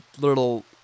little